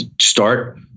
start